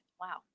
Wow